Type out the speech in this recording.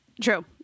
True